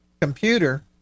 computer